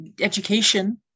education